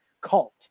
cult